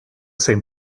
same